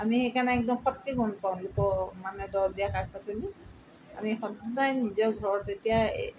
আমি সেইকাৰণে একদম ফটকৈ গম পাওঁ লোকৰ মানে দৰৱ দিয়া শাক পাচলি আমি সদায় নিজৰ ঘৰত এতিয়া